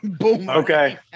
Okay